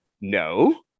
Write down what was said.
no